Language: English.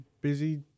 busy